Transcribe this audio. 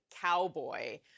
cowboy